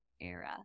era